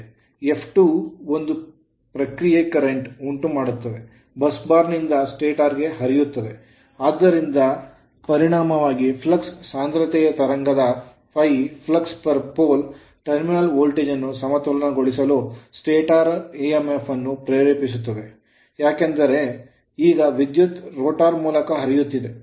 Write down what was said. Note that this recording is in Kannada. F2 ಒಂದು ಪ್ರತಿಕ್ರಿಯೆ current ಪ್ರವಾಹಗಳನ್ನು ಉಂಟು ಮಾಡುತ್ತದೆ ಬಸ್ ಬಾರ್ ನಿಂದ ಸ್ಟಾಟರ್ ಗೆ ಹರಿಯುತ್ತದೆ ಆದ್ದರಿಂದ ಪರಿಣಾಮವಾಗಿ ಫ್ಲಕ್ಸ್ ಸಾಂದ್ರತೆತರಂಗದ ∅ flux per pole ಪ್ರತಿ ಧ್ರುವಕ್ಕೆ ಫ್ಲಕ್ಸ್ ಟರ್ಮಿನಲ್ ವೋಲ್ಟೇಜ್ ಅನ್ನು ಸಮತೋಲನಗೊಳಿಸಲು stator ಸ್ಟಾಟರ್ emf ಅನ್ನು ಪ್ರೇರೇಪಿಸುತ್ತದೆ ಏಕೆಂದರೆ ಈಗ ವಿದ್ಯುತ್ ರೋಟರ್ ಮೂಲಕ ಹರಿಯುತ್ತಿದೆ